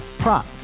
prop